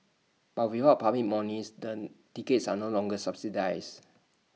but without public monies then tickets are no longer subsidised